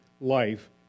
life